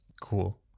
Cool